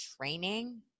training